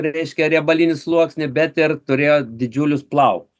reiškia riebalinį sluoksnį bet ir turėjo didžiulius plaukus